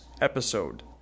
episode